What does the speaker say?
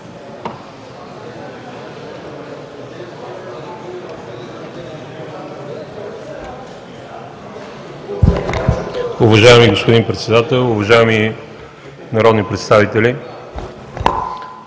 Уважаеми господин Председател, уважаеми народни представители!